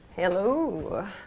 Hello